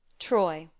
troy.